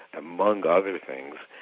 among other things,